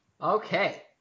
Okay